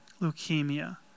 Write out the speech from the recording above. Leukemia